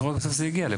בסוף זה הגיע.